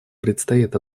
предстоит